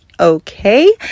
okay